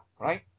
right